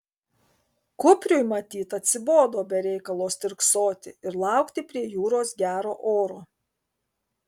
kupriui matyt atsibodo be reikalo stirksoti ir laukti prie jūros gero oro